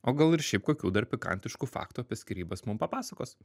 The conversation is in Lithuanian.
o gal ir šiaip kokių dar pikantiškų faktų apie skyrybas mum papasakos